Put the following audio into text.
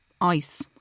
ice